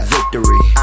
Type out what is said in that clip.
Victory